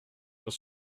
j’en